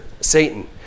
Satan